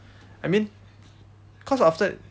I mean cause after that